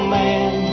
man